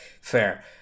Fair